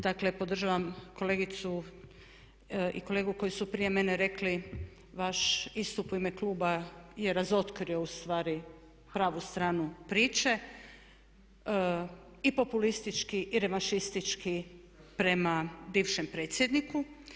Dakle, podržavam kolegicu i kolegu koji su prije mene rekli vaš istup u ime kluba je razotkrio u stvari pravu stranu priče i populistički i revanšistički prema bivšem predsjedniku.